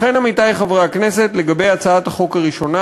לכן, עמיתי חברי הכנסת, לגבי הצעת החוק הראשונה,